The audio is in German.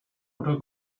oder